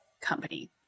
company